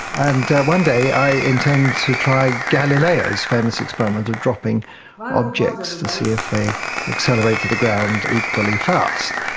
and one day i intend to try galileo's famous experiment of dropping objects to see if they accelerate to the ground equally fast,